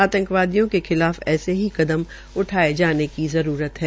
आंतवादियों के खिलाफ ऐसे ही कदम उठाये जाने की जरूरत है